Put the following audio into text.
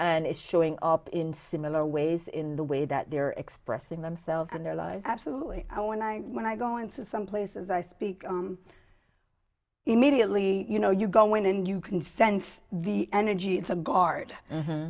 and showing up in similar ways in the way that they're expressing themselves and their lives absolutely i when i when i go into some places i speak immediately you know you go in and you can sense the energy it's a guard